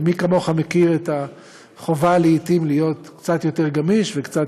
ומי כמוך מכיר את החובה לעתים להיות קצת יותר גמיש וקצת